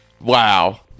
wow